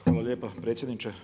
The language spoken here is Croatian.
Hvala lijepa predsjedniče.